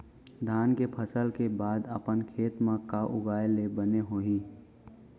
धान के फसल के बाद अपन खेत मा का उगाए ले बने होही?